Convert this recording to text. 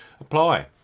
apply